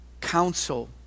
counsel